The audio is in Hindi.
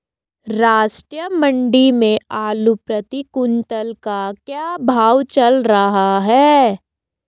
राष्ट्रीय मंडी में आलू प्रति कुन्तल का क्या भाव चल रहा है?